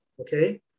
Okay